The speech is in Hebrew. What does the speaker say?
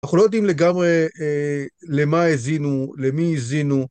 אנחנו לא יודעים לגמרי למה האזינו, למי האזינו.